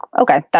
okay